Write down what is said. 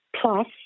plus